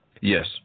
Yes